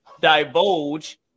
divulge